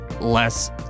less